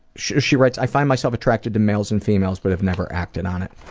she she writes, i find myself attracted to males and females but have never acted on it.